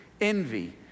envy